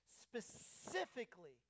specifically